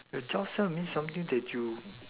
the job sell means something that you